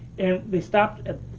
and they stopped at